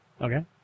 Okay